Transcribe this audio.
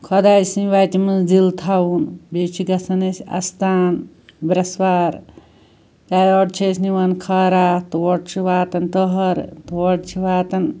خۄداے سٕنٛدۍ وَتہِ منٛز دِل تھاوُن بیٚیہِ چھِ گژھان أسۍ آستان برٛیسوار چھِ أسۍ نِوان خٲرات تور چھِ واتان تٔہَر تور چھِ واتان